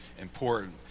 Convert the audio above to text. important